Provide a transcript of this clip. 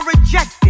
rejected